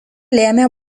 lėmė